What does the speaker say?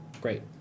Great